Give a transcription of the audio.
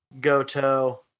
Goto